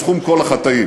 סכום כל החטאים,